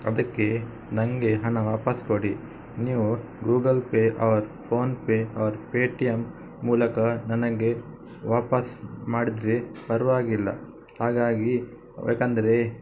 ಅದಕ್ಕೆ ನನಗೆ ಹಣ ವಾಪಸ್ ಕೊಡಿ ನೀವು Google Pay or PhonePe or Paytm ಮೂಲಕ ನನಗೆ ವಾಪಸ್ ಮಾಡಿದರೆ ಪರವಾಗಿಲ್ಲ ಹಾಗಾಗಿ ಯಾಕಂದರೆ